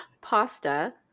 pasta